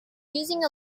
using